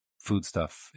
foodstuff